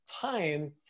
time